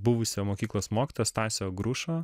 buvusio mokyklos mokytojo stasio grušo